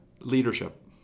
leadership